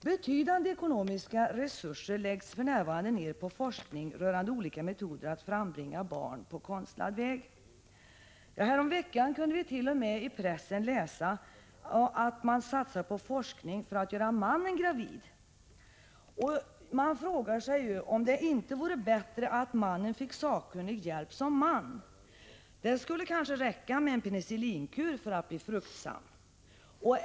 Betydande ekonomiska resurser läggs ner på forskning rörande olika metoder att frambringa barn på konstlad vä Häromveckan kunde vii pressen tt.o.m. läsa att det satsas på forskning för att göra mannen gravid. Man frågar sig om det inte vore bättre att mannen fick sakkunnig hjälp som man. Det skulle kanske räcka med en penicillinkur för att göra mannen fruktsam.